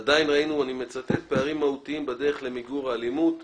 עדיין ראינו אני מצטט פערים מהותיים בדרך למיגור האלימות,